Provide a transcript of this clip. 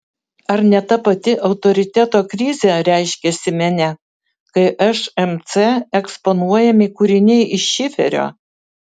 ar ne ta pati autoriteto krizė reiškiasi mene kai šmc eksponuojami kūriniai iš šiferio